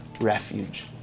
Refuge